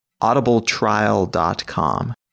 audibletrial.com